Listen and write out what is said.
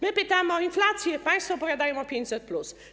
My pytamy o inflację, państwo opowiadają o 500+.